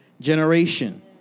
generation